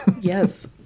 Yes